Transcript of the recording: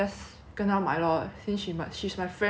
跟她买 since she mus~ she's my friend also [what]